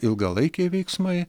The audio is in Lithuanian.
ilgalaikiai veiksmai